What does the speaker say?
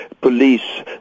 police